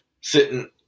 Sitting